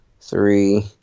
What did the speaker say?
three